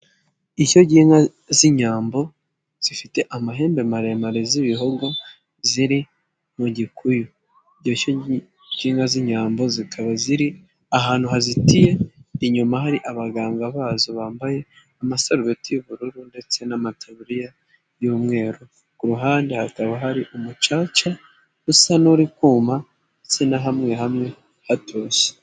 Ishyo ry'inka z'Inyambo zifite amahembe maremare z'ibihogo ziri mu gikuyu, iro shyo ry'inka z'Inyambo zikaba ziri ahantu hazitiye, inyuma hari abaganga bazo bambaye amasarubeti y'ubururu ndetse n'amataburiya y'umweru, ku ruhande hakaba hari umucaca usa n'uri kuma ndetse na hamwe hamwe hatoshye.